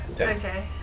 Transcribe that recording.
Okay